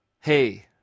hey